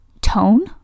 tone